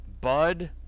Bud